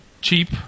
cheap